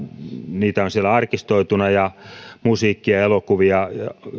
niitä on siellä arkistoituina ja musiikkia ja elokuvia